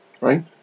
right